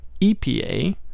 EPA